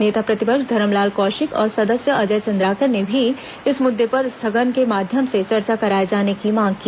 नेता प्रतिपक्ष धरमलाल कौशिक और सदस्य अजय चंद्राकर ने भी इस मुद्दे पर स्थगन के माध्यम से चर्चा कराने की मांग की